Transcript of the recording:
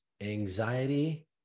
Anxiety